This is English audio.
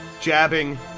jabbing